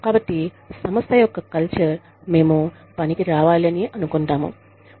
కాబట్టి సంస్థ యొక్క కల్చర్ మేము పనికి రావాలి అని అనుకుంటాం